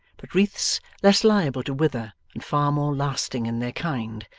but wreaths less liable to wither and far more lasting in their kind,